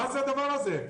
מה זה הדבר הזה?